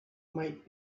might